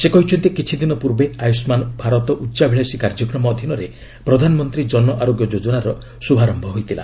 ସେ କହିଛନ୍ତି କିଛିଦିନ ପୂର୍ବେ ଆୟୁଷ୍ମାନ୍ ଭାରତ ଉଚ୍ଚାଭିଳାଷି କାର୍ଯ୍ୟକ୍ରମ ଅଧୀନରେ ପ୍ରଧାନମନ୍ତ୍ରୀ ଜନଆରୋଗ୍ୟ ଯୋଜନାର ଶୁଭାରମ୍ଭ ହୋଇଥିଲା